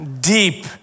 deep